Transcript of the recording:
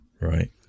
Right